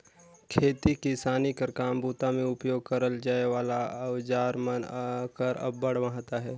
खेती किसानी कर काम बूता मे उपियोग करल जाए वाला अउजार मन कर अब्बड़ महत अहे